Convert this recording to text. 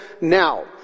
now